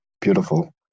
beautiful